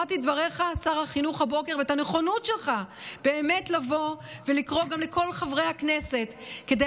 שמעתי את דבריך הבוקר ואת הנכונות שלך לבוא ולקרוא לכל חברי הכנסת כדי